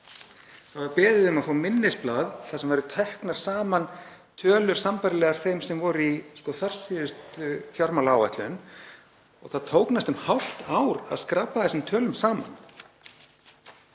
Það var beðið um að fá minnisblað þar sem væru teknar saman tölur, sambærilegar þeim sem voru í þarsíðustu fjármálaáætlun. Það tók næstum hálft ár að skrapa þessum tölum saman.